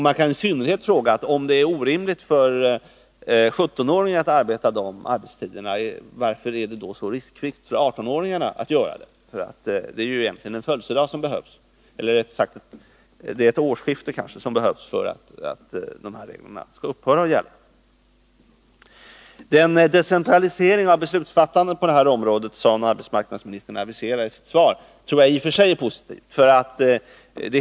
Man kan i synnerhet fråga: Om de arbetstiderna är orimliga för 17-åringar, varför är de då så riskfria för 18-åringarna? Det är egentligen bara ett årsskifte som behövs för att de här reglerna skall upphöra att gälla. Den decentralisering av beslutsfattandet på det här området som arbetsmarknadsministern aviserade i sitt svar tror jag i och för sig är positivt.